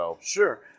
Sure